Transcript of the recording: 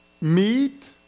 meat